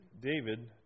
David